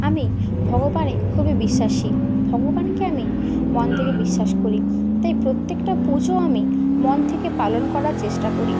আমি ভগবানে খুবই বিশ্বাসী ভগবানকে আমি মন থেকে বিশ্বাস করি তাই প্রত্যেকটা পুজো আমি মন থেকে পালন করার চেষ্টা করি